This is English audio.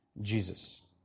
Jesus